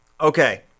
Okay